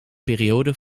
periode